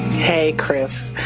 hey chris.